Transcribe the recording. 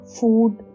food